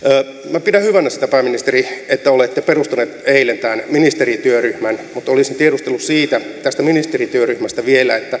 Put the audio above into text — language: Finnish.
minä pidän hyvänä sitä pääministeri että olette perustanut eilen tämän ministerityöryhmän mutta olisin tiedustellut tästä ministerityöryhmästä vielä